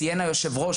ציין היושב ראש,